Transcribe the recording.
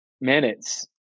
minutes